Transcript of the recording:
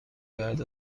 بعد